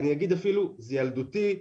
זה אפילו ילדותי.